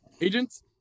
agents